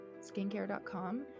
skincare.com